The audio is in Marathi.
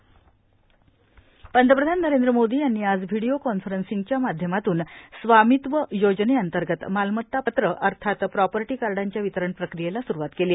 स्वामित्व योजना पंतप्रधान नरेंद्र मोदी यांनी आज व्हिडिओ कॉन्फरंसिंगच्या माध्यमातून स्वामीत्व योजनेअंतर्गत मालमत्ता पत्र अर्थात प्रॉपर्टी कार्डाच्या वितरण प्रक्रियेला स्रुवात केली